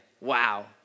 Wow